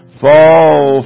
fall